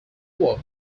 walk